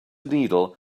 needle